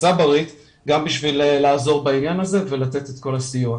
הצברית גם בשביל לעזור בעניין הזה ולתת את כל הסיוע.